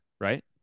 right